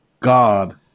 God